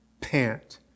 pant